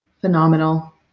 Phenomenal